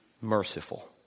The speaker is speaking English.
merciful